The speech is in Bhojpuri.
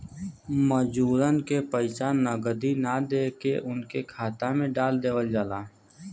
मजूरन के पइसा नगदी ना देके उनके खाता में डाल देवल जाला